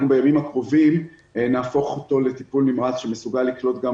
אנחנו בימים הקרובים נהפוך אותו לטיפול נמרץ שמסוגל לקלוט גם